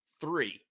three